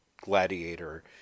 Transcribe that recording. Gladiator